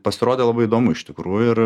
pasirodė labai įdomu iš tikrųjų ir